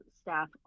staff